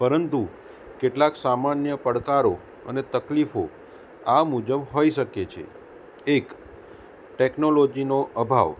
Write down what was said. પરંતુ કેટલાક સામાન્ય પડકારો અને તકલીફો આ મુજબ હોઈ શકે છે એક ટેકનોલોજીનો અભાવ